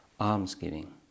almsgiving